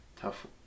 tough